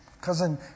cousin